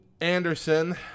Anderson